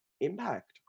impact